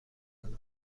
زنان